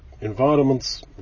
environments